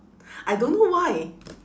I don't know why